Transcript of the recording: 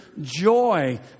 joy